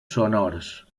sonors